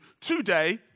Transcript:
today